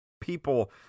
people